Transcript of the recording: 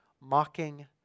mocking